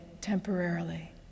temporarily